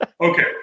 okay